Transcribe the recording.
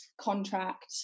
contract